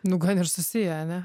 nu gan ir susiję ane